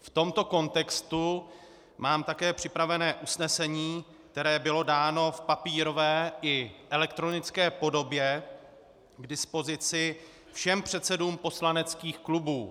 V tomto kontextu mám také připravené usnesení, které bylo dáno v papírové i elektronické podobě k dispozici všem předsedům poslaneckých klubů.